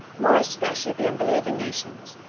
more especially of the unbelieving nations,